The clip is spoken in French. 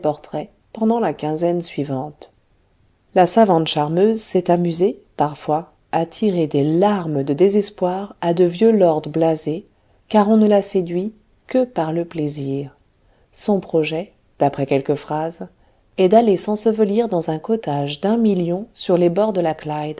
portrait la quinzaine suivante la savante charmeuse s'est amusée parfois à tirer des larmes de désespoir à de vieux lords blasés car on ne la séduit que par le plaisir son projet d'après quelques phrases est d'aller s'ensevelir dans un cottage d'un million sur les bords de la